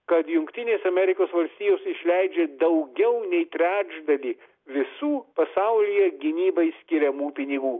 kad jungtinės amerikos valstijos išleidžia daugiau nei trečdalį visų pasaulyje gynybai skiriamų pinigų